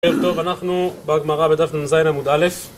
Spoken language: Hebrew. ערב טוב, אנחנו בגמרא בדף נ"ז עמוד א'